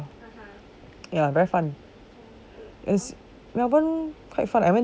ya very fun is melbourne quite fun I went